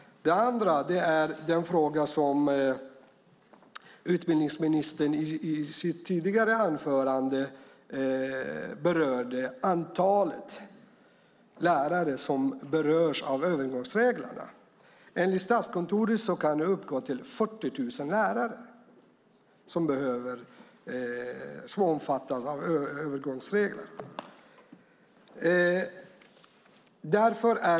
Det andra är den fråga som utbildningsministern berörde i sitt tidigare anförande, antalet lärare som berörs av övergångsreglerna. Enligt Statskontoret kan det vara 40 000 lärare som omfattas av övergångsreglerna.